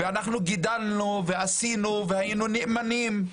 ואנחנו גידלנו, עשינו והיינו נאמנים.